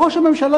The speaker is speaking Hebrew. אבל ראש הממשלה,